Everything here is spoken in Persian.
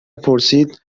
پرسید